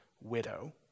widow